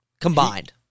Combined